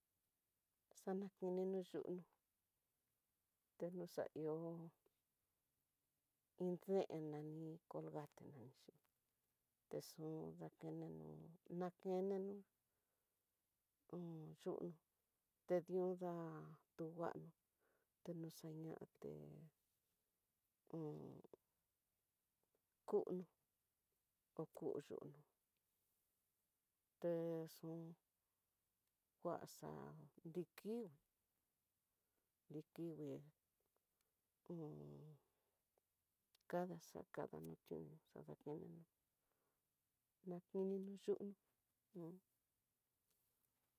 Xanakinino yudnu, teno xaihó iin deen nani colgate nanixhi texun dakeneno, nakeno un yu'uno tedioda tu nguano teñaxañate un kuno ko ku yuno texu nguaxa nrikingui, nrikingui un kadaxa kadaxa notionu xadakeneno nakeneno yuno noó.